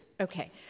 okay